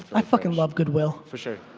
i fucking love goodwill. for sure,